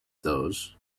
those